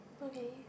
okay